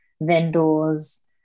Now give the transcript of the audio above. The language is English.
vendors